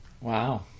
Wow